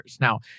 Now